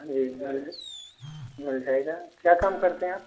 हाँ जी मिल मिल जाएगा क्या काम करते हैं आप